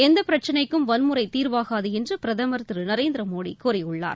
எந்த பிரச்சினைக்கும் வன்முறை தீர்வாகாது என்று பிரதமர் திரு நரேந்திர மோடி கூறியுள்ளார்